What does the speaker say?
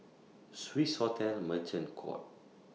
Swissotel Merchant Court